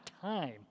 time